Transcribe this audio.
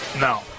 No